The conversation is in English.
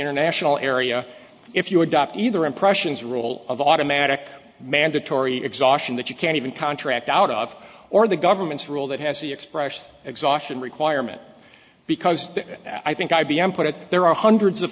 international area if you adopt either impressions rule of automatic mandatory exhaustion that you can't even contract out of or the government's rule that has the expression exhaustion requirement because i think i b m put it there are hundreds of